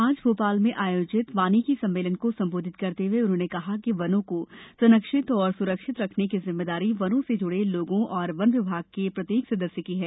आज भोपाल में आयोजित वानिकी सम्मेलन को संबोधित करते हए उन्होंने कहा कि वनों को संरक्षित और सुरक्षित रखने की जिम्मेदारी वनों से जुडे लोगों और वन विभाग के प्रत्येक सदस्य की है